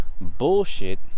Bullshit